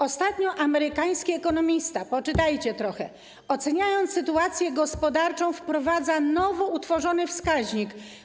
Ostatnio amerykański ekonomista - poczytajcie trochę - oceniając sytuację gospodarczą, wprowadził nowy wskaźnik.